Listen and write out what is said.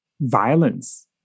violence